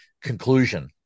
conclusion